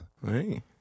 Right